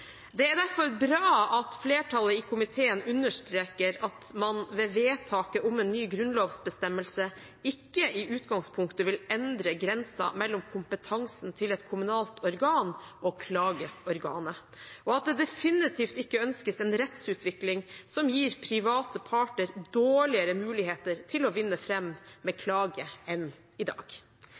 Det er derfor bra at flertallet i komiteen understreker at man ved vedtaket om en ny grunnlovsbestemmelse i utgangspunktet ikke vil endre grensen mellom kompetansen til et kommunalt organ og klageorganet, og at det definitivt ikke ønskes en rettsutvikling som gir private parter dårligere muligheter til å vinne fram med klage enn i dag.